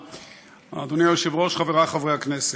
אדוני היושב-ראש, תודה, חברי חברי הכנסת,